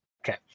Okay